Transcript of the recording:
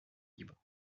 libre